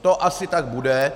To asi tak bude.